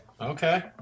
Okay